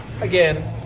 Again